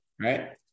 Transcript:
right